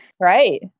Right